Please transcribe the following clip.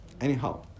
anyhow